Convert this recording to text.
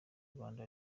rwanda